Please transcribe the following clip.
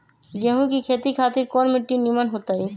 गेंहू की खेती खातिर कौन मिट्टी निमन हो ताई?